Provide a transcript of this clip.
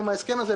עם ההסכם הזה,